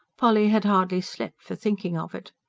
polly had hardly slept for thinking of it.